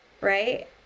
right